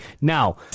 now